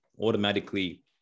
automatically